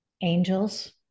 angels